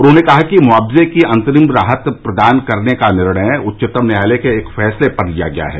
उन्होंने कहा कि मुआवजे की अंतरिम राहत प्रदान करने का निर्णय उच्चतम न्यायालय के एक फैसले पर लिया गया है